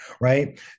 right